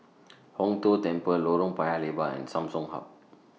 Hong Tho Temple Lorong Paya Lebar and Samsung Hub